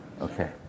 Okay